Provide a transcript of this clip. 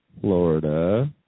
Florida